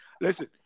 Listen